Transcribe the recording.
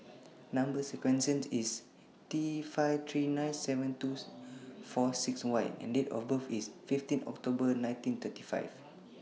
Number sequence IS T five three nine seven two four six Y and Date of birth IS fifteen October nineteen thirty five